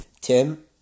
Tim